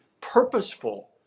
purposeful